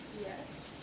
Yes